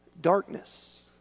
darkness